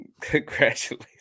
Congratulations